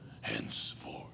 Henceforth